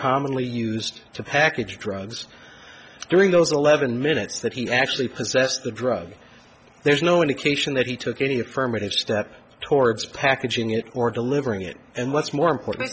commonly used to package drugs during those eleven minutes that he actually possessed the drug there's no indication that he took any affirmative steps towards packaging it or delivering it and what's more important